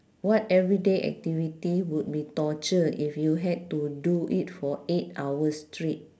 what everyday activity would be torture if you had to do it for eight hours straight